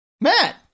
Matt